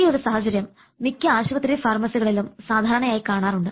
ഈയൊരു സാഹചര്യം മിക്ക ആശുപത്രി ഫാർമസികളിലും സാധാരണയായി കാണാറുണ്ട്